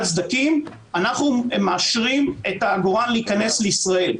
הסדקים אנחנו מאשרים לעגורן להיכנס לישראל,